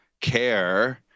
care